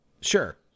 Sure